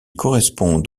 correspondent